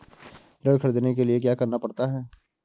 ऋण ख़रीदने के लिए क्या करना पड़ता है?